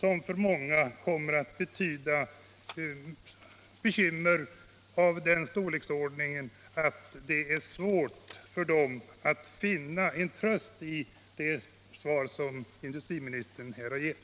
Och för många kan bekymren bli av den storleksordningen att det är svårt för dem att finna en tröst i det svar som industriministern här har gett.